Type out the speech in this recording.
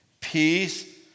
Peace